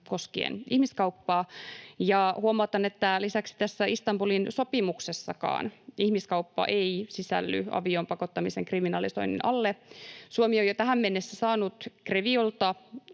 koskien ihmiskauppaa. Huomautan, että lisäksi tässä Istanbulin sopimuksessakaan ihmiskauppa ei sisälly avioon pakottamisen kriminalisoinnin alle. Suomi on jo tähän mennessä saanut GREVIOlta